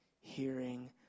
hearing